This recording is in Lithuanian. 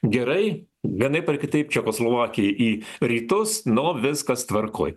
gerai vienaip ar kitaip čekoslovakija į rytus nu viskas tvarkoj